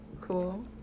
cool